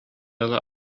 ыла